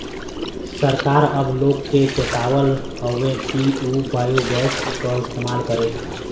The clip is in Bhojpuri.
सरकार अब लोग के चेतावत हउवन कि उ बायोगैस क इस्तेमाल करे